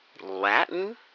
Latin